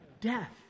death